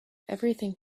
everything